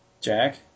Jack